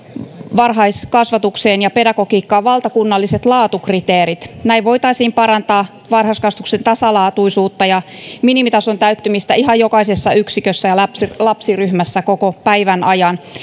varhaiskasvatukseen ja pedagogiikkaan valtakunnalliset laatukriteerit näin voitaisiin parantaa varhaiskasvatuksen tasalaatuisuutta ja minimitason täyttymistä ihan jokaisessa yksikössä ja lapsiryhmässä koko päivän ajan